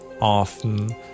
often